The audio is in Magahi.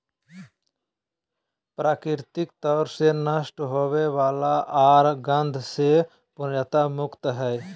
प्राकृतिक तौर से नष्ट होवय वला आर गंध से पूर्णतया मुक्त हइ